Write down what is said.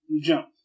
jump